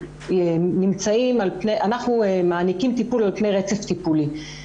אנחנו מעניקים טיפול על פני רצף טיפולי.